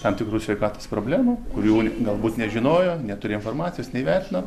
tam tikrų sveikatos problemų kurių galbūt nežinojo neturėjo informacijos neįvertino